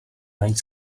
najít